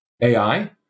AI